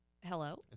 hello